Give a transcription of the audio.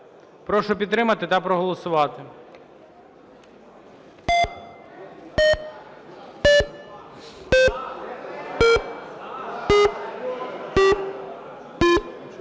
Прошу підтримати та проголосувати.